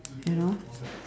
you know